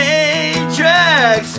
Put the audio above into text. Matrix